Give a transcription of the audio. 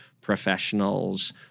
professionals